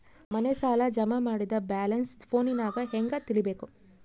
ಮನೆ ಸಾಲ ಜಮಾ ಮಾಡಿದ ಬ್ಯಾಲೆನ್ಸ್ ಫೋನಿನಾಗ ಹೆಂಗ ತಿಳೇಬೇಕು?